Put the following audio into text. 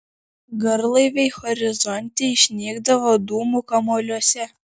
garlaiviai horizonte išnykdavo dūmų kamuoliuose